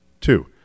Two